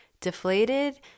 deflated